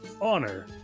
honor